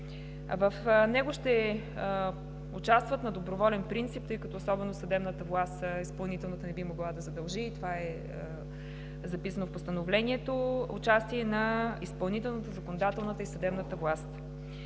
В него ще участват на доброволен принцип, тъй като особено съдебната власт, изпълнителната не би могла да задължи, и това е записано в Постановлението: участие на изпълнителната, законодателната и съдебната власт.